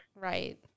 Right